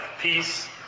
Peace